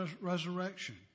resurrection